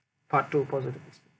part two positive